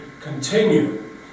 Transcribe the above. continue